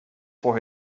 for